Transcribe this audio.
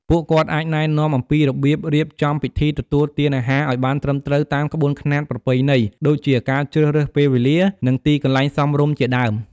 ពួកគាត់អាចណែនាំអំពីរបៀបរៀបចំពិធីទទួលទានអាហារឲ្យបានត្រឹមត្រូវតាមក្បួនខ្នាតប្រពៃណី ដូចជា ការជ្រើសរើសពេលវេលា និងទីកន្លែងសមរម្យ ជាដើម។